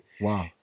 Wow